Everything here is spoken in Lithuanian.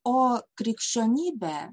o krikščionybė